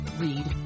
Read